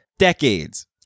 Decades